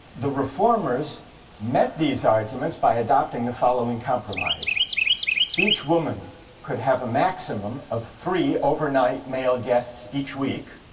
the reformers met these arguments by adopting the following compromise each woman could have a maximum of three overnight male guest each week